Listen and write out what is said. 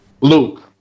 Luke